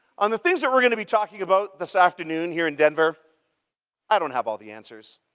on the things that we're going to be talking about this afternoon here in denver i don't have all the answers.